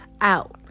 out